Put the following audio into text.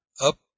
up